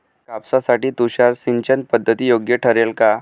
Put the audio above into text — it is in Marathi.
कापसासाठी तुषार सिंचनपद्धती योग्य ठरेल का?